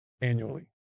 annually